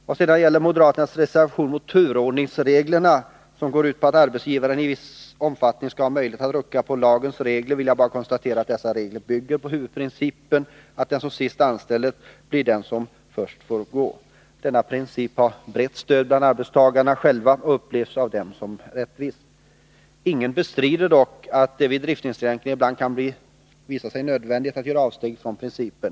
Vad sedan gäller moderaternas reservation om turordningsreglerna, som går ut på att arbetsgivaren i viss omfattning skall ha möjlighet att rucka på lagens regler, vill jag bara konstatera att dessa regler bygger på huvudprincipen att den som sist anställts blir den som först får gå. Denna princip har väckt stöd bland arbetstagarna själva och upplevs av dem som rättvis. Ingen bestrider dock att det vid driftsinskränkningar ibland kan visa sig nödvändigt att göra avsteg från principen.